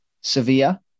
Sevilla